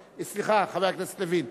חבר הכנסת לוין,